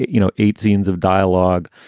you know, eight scenes of dialogue.